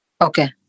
Okay